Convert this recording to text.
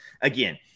again